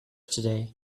today